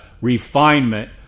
refinement